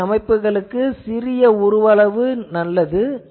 இத்தகைய அமைப்புகளுக்கு சிறிய உருவளவு நல்லது